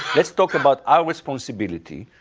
let's talk about our responsibility.